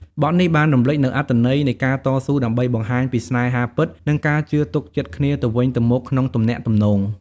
បទនេះបានរំលេចនូវអត្ថន័យនៃការតស៊ូដើម្បីបង្ហាញពីស្នេហាពិត និងការជឿទុកចិត្តគ្នាទៅវិញទៅមកក្នុងទំនាក់ទំនង។